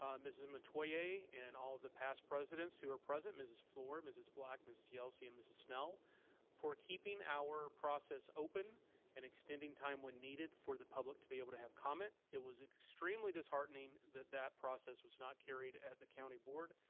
um mrs. metoyer, and all of the past presidents who are present, mrs. fluor, mrs. black, mrs. yelsey, and mrs. snell for keeping our process open and extending time when needed for the public to be able to have comment. it was extremely disheartening that that process was not carried at the county board.